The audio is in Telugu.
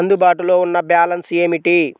అందుబాటులో ఉన్న బ్యాలన్స్ ఏమిటీ?